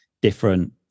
different